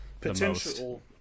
potential